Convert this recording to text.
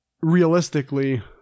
realistically